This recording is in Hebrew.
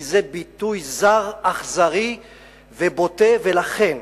כי זה ביטוי זר, אכזרי ובוטה, ולכן.